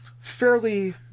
fairly